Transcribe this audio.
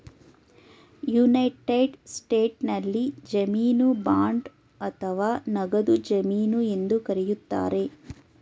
United ಸ್ಟೇಟ್ಸ್ನಲ್ಲಿ ಜಾಮೀನು bond ಅಥವಾ ನಗದು ಜಮೀನು ಎಂದು ಕರೆಯುತ್ತಾರೆ